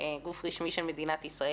גוף רשמי של מדינת ישראל,